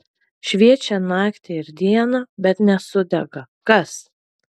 šviečią naktį ir dieną bet nesudega kas